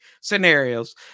scenarios